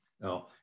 No